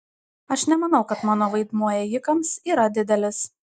aš nemanau kad mano vaidmuo ėjikams yra didelis